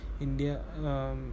India